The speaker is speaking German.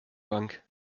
bank